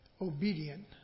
Obedient